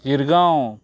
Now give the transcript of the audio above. Shirgaon